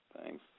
Thanks